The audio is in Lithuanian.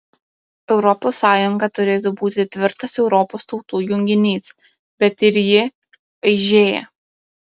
europos sąjunga turėtų būti tvirtas europos tautų junginys bet ir ji aižėja